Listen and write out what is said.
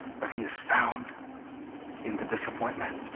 but he is found in the disappointment?